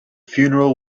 funeral